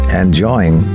enjoying